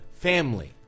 family